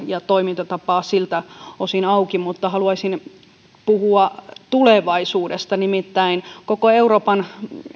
ja toimintatapaa siltä osin auki mutta haluaisin puhua tulevaisuudesta nimittäin koko euroopan